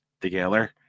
together